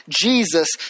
Jesus